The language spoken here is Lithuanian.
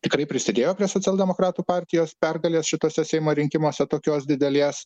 tikrai prisidėjo prie socialdemokratų partijos pergalės šituose seimo rinkimuose tokios didelės